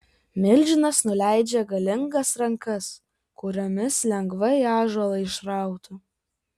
milžinas nuleidžia galingas rankas kuriomis lengvai ąžuolą išrautų